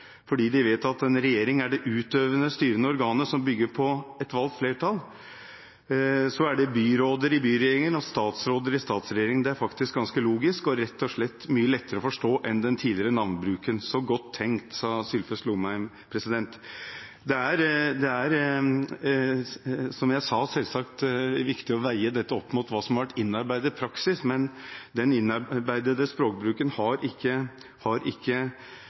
Fordi de vet at en regjering er det utøvende styrende organet som bygger på et valgt flertall. Så er det byråder i byregjeringen og statsråder i statsregjeringen. Det er faktisk ganske logisk, og rett og slett mye lettere å forstå enn den tidligere navnebruken, så godt tenkt.» Det er, som jeg sa, selvsagt viktig å veie dette opp mot hva som har vært innarbeidet praksis, men den innarbeidede språkbruken har ikke